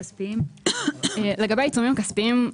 לגבי העיצומים הכספיים.